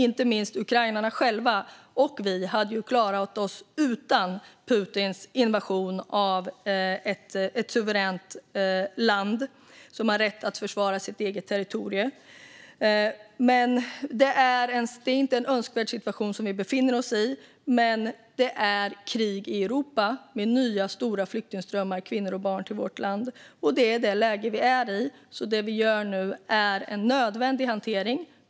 Inte minst ukrainarna själva och vi hade klarat oss utan Putins invasion av ett suveränt land som har rätt att försvara sitt eget territorium. Det är inte en önskvärd situation som vi befinner oss i, men det är krig i Europa med nya stora flyktingströmmar av kvinnor och barn till vårt land. Det är det läge vi är i, så det vi gör nu är en nödvändig hantering.